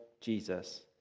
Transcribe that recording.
Jesus